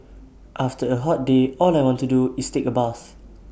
after A hot day all I want to do is take A bath